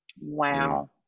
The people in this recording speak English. Wow